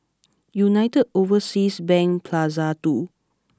United Overseas Bank Plaza Two